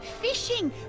fishing